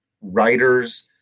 writers –